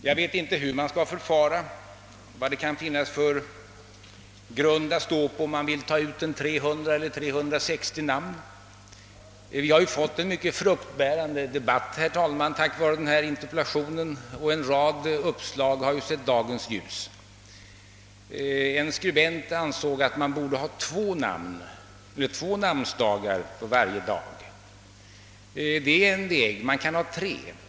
Jag vet inte hur man skall förfara och vilken grund det kan finnas att stå på om man vill ta ut låt mig säga 300 eller 360 namn. — Vi har ju fått en mycket fruktbärande debatt, herr talman, tack vare denna interpellation, och en rad uppslag har sett dagens ljus. En skribent ansåg att det för varje dag borde anges två namn, så att alltså namnsdag för två namn kunde firas varje dag. Det är en väg. Man kan också ha tre namn för varje dag.